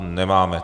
Nemáme.